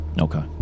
Okay